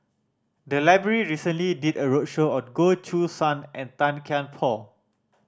the library recently did a roadshow on Goh Choo San and Tan Kian Por